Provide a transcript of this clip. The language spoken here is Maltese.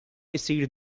isir